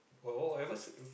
oh ever s~